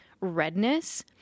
redness